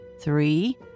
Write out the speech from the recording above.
three